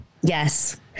Yes